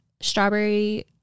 Strawberry